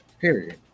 period